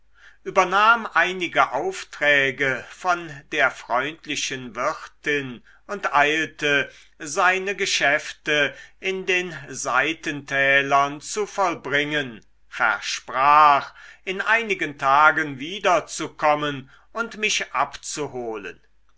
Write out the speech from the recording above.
übernahm einige aufträge von der freundlichen wirtin und eilte seine geschäfte in den seitentälern zu vollbringen versprach in einigen tagen wiederzukommen und mich abzuholen